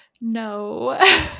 no